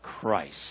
Christ